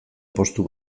postu